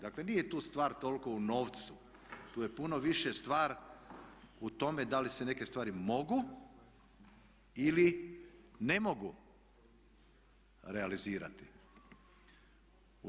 Dakle nije tu stvar toliko u novcu, tu je puno više stvar u tome da li se neke stvari mogu ili ne mogu realizirati.